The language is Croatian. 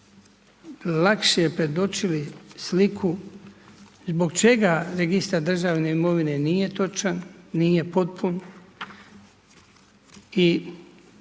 lakše predočili sliku zbog čega registar državne imovine nije točan, nije potpun i koliko